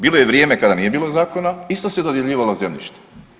Bilo je vrijeme kada nije bilo zakona, isto se dodjeljivalo zemljište.